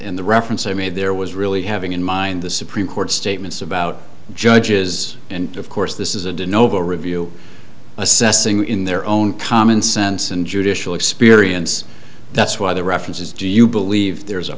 n the reference i made there was really having in mind the supreme court statements about judges and of course this is a dyno review assessing in their own common sense and judicial experience that's why the references do you believe there is a